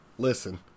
Listen